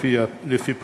לפי בחירתו.